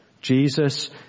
Jesus